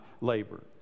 labor